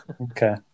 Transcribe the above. Okay